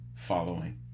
following